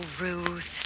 Ruth